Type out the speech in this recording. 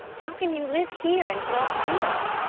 how can you live here and not do it?